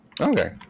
Okay